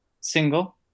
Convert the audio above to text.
single